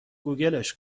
گوگلش